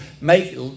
make